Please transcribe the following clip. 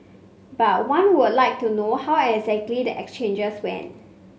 but one would like to know how exactly the exchanges went